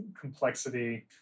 complexity